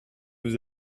vous